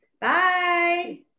Bye